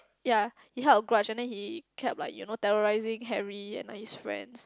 ya he held a grudge and then he kept like you know terrorising Harry and his friends